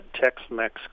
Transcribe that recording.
Tex-Mex